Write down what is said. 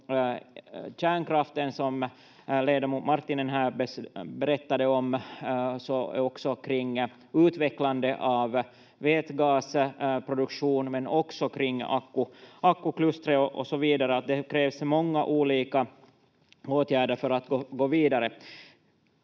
kärnkraften — som ledamot Marttinen berättade om — också på utvecklandet av vätgasproduktion, men också kring ackuklustret och så vidare. Det krävs många olika åtgärder för att gå vidare.